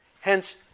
Hence